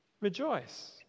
rejoice